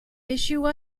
issue